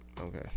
Okay